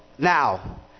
Now